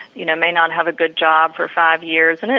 you know, may not have a good job for five years, and and